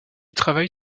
travaille